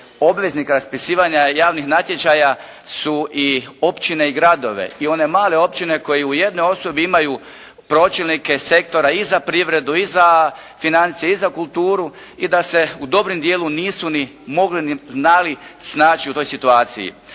obveznika raspisivanja javnih natječaja su i općine i gradovi, i one male općine koji u jednoj osobi imaju pročelnike sektora i za privredu i za financije i za kulturu i da se u dobrom dijelu nisu ni mogli ni znali snaći u toj situaciji.